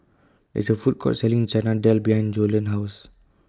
There IS A Food Court Selling Chana Dal behind Joellen's House